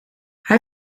hij